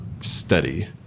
steady